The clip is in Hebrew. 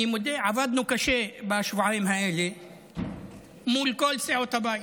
אני מודה שעבדנו קשה בשבועיים האלה מול כל סיעות הבית.